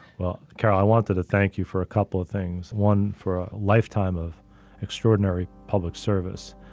well, carol, i wanted to thank you for a couple of things, one for a lifetime of extraordinary public service,